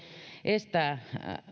estää